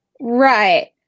Right